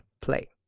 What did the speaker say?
Play